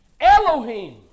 Elohim